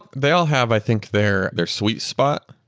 they all have i think their their sweet spot,